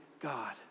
God